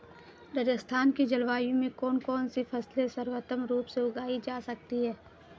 राजस्थान की जलवायु में कौन कौनसी फसलें सर्वोत्तम रूप से उगाई जा सकती हैं?